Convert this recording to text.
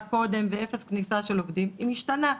קודם ו-0 כניסה של עובדים היא משתנה.